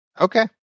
Okay